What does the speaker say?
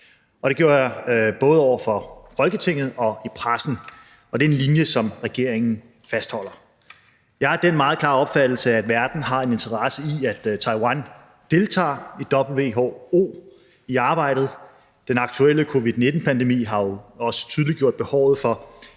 det gjorde jeg både over for Folketinget og i pressen. Og det er en linje, som regeringen fastholder. Jeg er af den meget klare opfattelse, at verden har en interesse i, at Taiwan deltager i WHO's arbejde. Den aktuelle covid-19-pandemi har jo også tydeliggjort behovet for